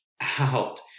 out